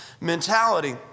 mentality